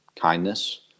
kindness